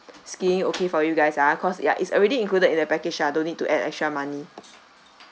skiing okay for you guys ah cause ya it's already included in the package ah don't need to add extra money